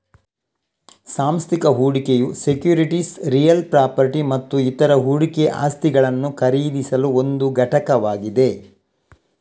ಸಾಂಸ್ಥಿಕ ಹೂಡಿಕೆಯು securities real property ಮತ್ತು ಇತರ ಹೂಡಿಕೆ ಆಸ್ತಿಗಳನ್ನು ಖರೀದಿಸಲು ಒಂದು ಘಟಕವಾಗಿದೆ